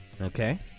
okay